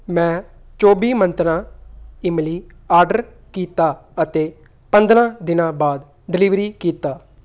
ਮੈਂ ਚੌਵੀ ਮੰਤਰਾਂ ਇਮਲੀ ਆਰਡਰ ਕੀਤਾ ਅਤੇ ਪੰਦਰ੍ਹਾਂ ਦਿਨਾਂ ਬਾਅਦ ਡਲੀਵਰੀ ਕੀਤਾ